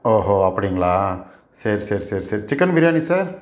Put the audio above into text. ஓஹோ அப்படிங்களா சரி சேரி சேரி சிக்கன் பிரியாணி சார்